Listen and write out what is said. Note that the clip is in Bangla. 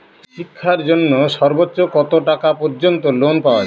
শিক্ষার জন্য সর্বোচ্চ কত টাকা পর্যন্ত লোন পাওয়া য়ায়?